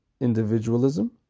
individualism